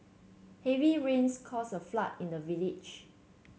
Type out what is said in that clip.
heavy rains caused a flood in the village